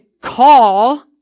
call